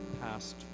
past